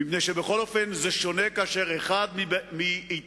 מפני שבכל אופן זה שונה כאשר אחד מאתנו,